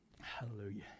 Hallelujah